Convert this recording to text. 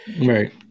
right